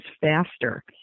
faster